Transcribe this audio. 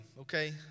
okay